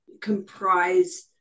comprise